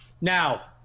Now